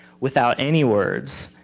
without any words.